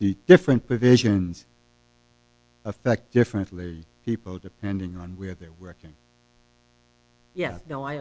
the different provisions affect differently people depending on where they're working yeah no i